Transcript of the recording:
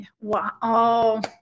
wow